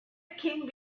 king